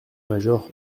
major